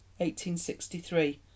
1863